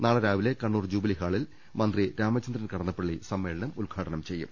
നാളെ രാവിലെ കണ്ണൂർ ജൂബിലി ഹാളിൽ മന്ത്രി രാമചന്ദ്രൻ കടന്നപ്പള്ളി സമ്മേളനം ഉദ്ഘാടനം ചെയ്യും